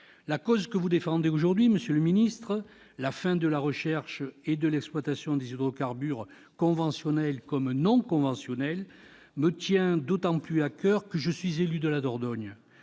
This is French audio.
La cause que vous défendez aujourd'hui, monsieur le ministre d'État, à savoir la fin de la recherche et de l'exploitation des hydrocarbures conventionnels comme non conventionnels, me tient d'autant plus à coeur que je suis élu de la Dordogne,